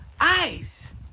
Ice